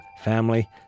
Family